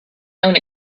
own